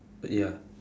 ya